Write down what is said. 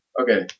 okay